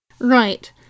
Right